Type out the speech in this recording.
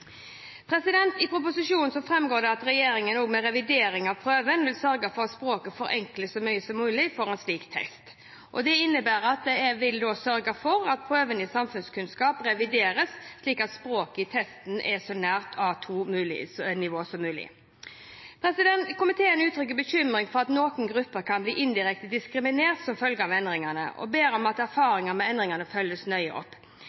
I proposisjonen framgår det at regjeringen ved revidering av prøven vil sørge for at språket forenkles så mye som mulig for en slik test. Dette innebærer at jeg vil sørge for at prøven i samfunnskunnskap revideres slik at språket i testen er så nært A2-nivå som mulig. Komiteen uttrykker bekymring for at noen grupper kan bli indirekte diskriminert som følge av endringene, og ber om at erfaringen med endringene følges nøye opp.